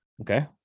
Okay